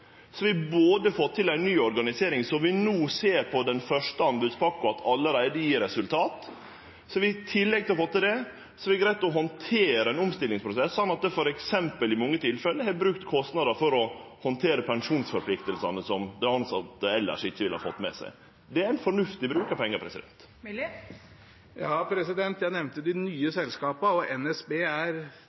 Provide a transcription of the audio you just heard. vi både fått til ei ny organisering – som vi no ser på den første anbodspakka allereie gjev resultat – og greidd å handtere ein omstillingsprosess, slik at vi f.eks. i mange tilfelle har brukt midlar for å handtere pensjonsforpliktingane som dei tilsette elles ikkje ville fått med seg. Det er fornuftig bruk av pengar. Det blir oppfølgingsspørsmål – først Sverre Myrli. Jeg nevnte de nye selskapene, og NSB er,